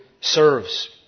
serves